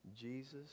Jesus